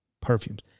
perfumes